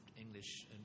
English